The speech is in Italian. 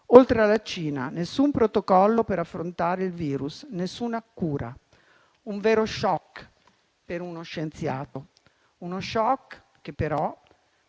oltre alla Cina, nessun protocollo per affrontare il virus, nessuna cura. Un vero *shock* per uno scienziato, che però